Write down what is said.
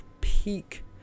peak